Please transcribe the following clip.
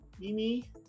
Mimi